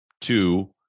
Two